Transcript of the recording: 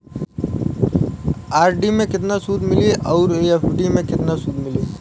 RD मे केतना सूद मिली आउर एफ.डी मे केतना सूद मिली?